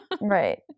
right